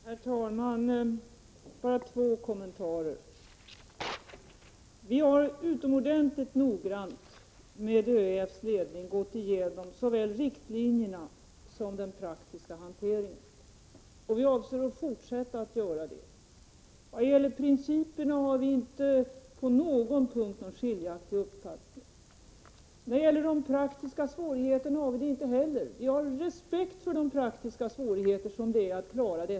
Herr talman! Bara två kommentarer. Vi har tillsammans med ÖEF:s ledning utomordentligt noggrant gått igenom såväl riktlinjerna som den praktiska hanteringen, och det avser vi att fortsätta att göra. Vad gäller principerna har vi inte på någon punkt skiljaktiga uppfattningar. Det har vi inte heller i fråga om de praktiska svårigheterna, men vi har stor respekt för dem.